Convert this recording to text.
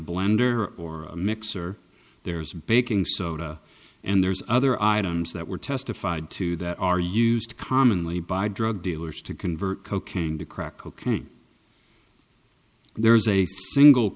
blender or mixer there's baking soda and there's other items that were testified to that are used commonly by drug dealers to convert cocaine to crack cocaine there's a single